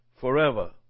forever